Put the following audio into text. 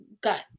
got